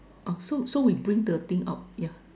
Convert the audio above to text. oh so so we bring the thing out yeah